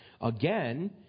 Again